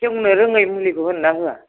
सेवनो रोङै मुलिखौ होनना होआ